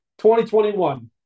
2021